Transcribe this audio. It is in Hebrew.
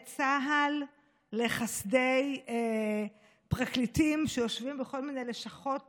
צה"ל לחסדי פרקליטים שיושבים בכל מיני לשכות